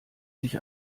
sich